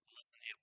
Listen